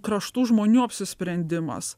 kraštų žmonių apsisprendimas